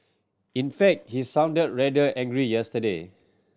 in fact he sounded rather angry yesterday